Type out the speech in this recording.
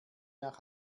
nach